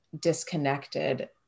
disconnected